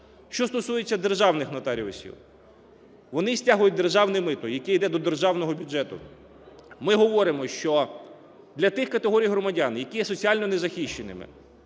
Що стосується державних нотаріусів, вони стягують державне мито, яке йде до державного бюджету. Ми говоримо, що для тих категорій громадян, які є соціально незахищені,